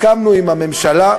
באמת הסכמנו עם הממשלה.